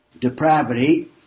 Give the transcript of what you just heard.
Depravity